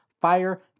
fire